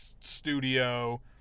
studio